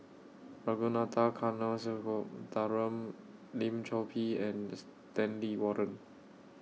Ragunathar Kanagasuntheram Lim Chor Pee and Stanley Warren